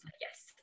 Yes